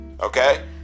Okay